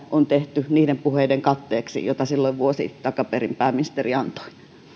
on tehty niiden puheiden katteeksi joita silloin vuosi takaperin pääministeri antoi